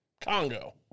Congo